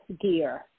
gear